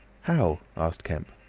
how? asked kemp.